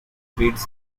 feeds